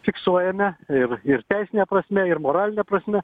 fiksuojame ir ir teisine prasme ir moraline prasme